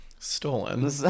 Stolen